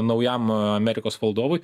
naujam amerikos valdovui